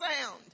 sound